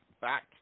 Back